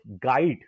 guide